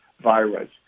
virus